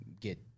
get